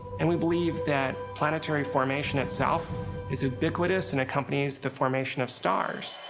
and we believe that planetary formation itself is ubiquitous and accompanies the formation of stars.